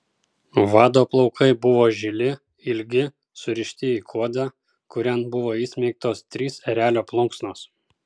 vado plaukai buvo žili ilgi surišti į kuodą kurian buvo įsmeigtos trys erelio plunksnos